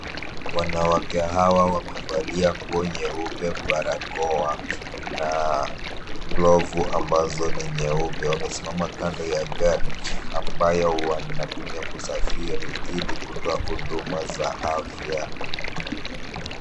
Wanawake hawa wamevalia nguo nyeupe, barakoa na glovu ambazo ni nyeupe. Wamesimama kando ya gari ambayo wanatumia kusafiri Ili kutoa huduma za afya.